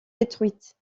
détruites